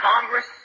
Congress